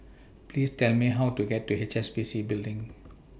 Please Tell Me How to get to H S B C Building